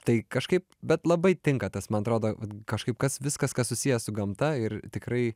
tai kažkaip bet labai tinka tas man atrodo kažkaip kas viskas kas susiję su gamta ir tikrai